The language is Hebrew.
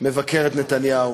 מטעם המחנה הציוני,